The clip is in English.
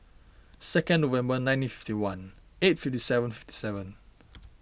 second November nineteen fifty one eight fifty seven fifty seven